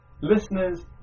Listeners